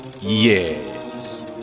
Yes